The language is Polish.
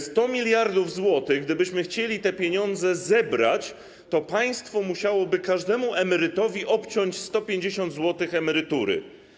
100 mld zł, gdybyśmy chcieli te pieniądze zebrać, to państwo musiałoby każdemu emerytowi obciąć 150 zł emerytury.